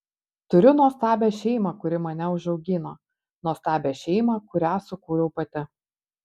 turiu nuostabią šeimą kuri mane užaugino nuostabią šeimą kurią sukūriau pati